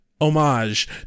Homage